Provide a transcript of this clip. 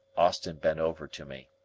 austin bent over to me.